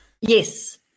Yes